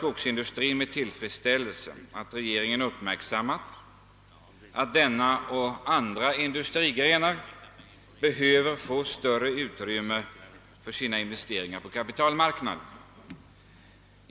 Skogsindustrin hälsar med tillfredsställelse att regeringen uppmärksammat att denna — liksom andra industrigrenar — behöver större utrymme på kapitalmarknaden för sina investeringar.